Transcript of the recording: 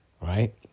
Right